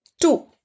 two